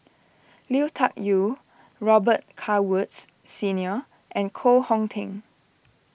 Lui Tuck Yew Robet Carr Woods Senior and Koh Hong Teng